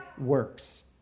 works